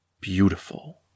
beautiful